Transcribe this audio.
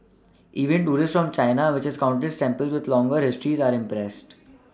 even tourists from China which has countless temples with longer histories are impressed